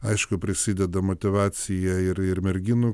aišku prisideda motyvacija ir ir merginų